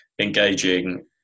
engaging